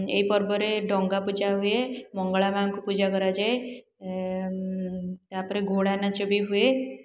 ଏଇ ପର୍ବରେ ଡଙ୍ଗା ପୂଜା ହୁଏ ମଙ୍ଗଳା ମା'ଙ୍କୁ ପୂଜା କରାଯାଏ ତା'ପରେ ଘୋଡ଼ା ନାଚ ବି ହୁଏ